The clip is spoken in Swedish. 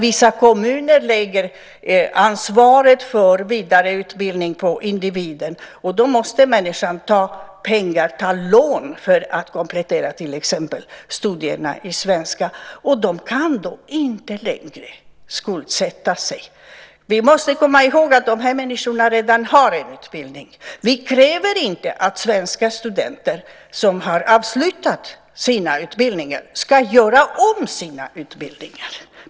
Vissa kommuner lägger ansvaret för vidareutbildning på individen, och då måste människan ha pengar och ta lån för att komplettera till exempel studierna i svenska. Därför kan de inte längre skuldsätta sig. Vi måste komma ihåg att de här människorna redan har en utbildning. Vi kräver inte att svenska studenter som har avslutat sina utbildningar ska göra om dem.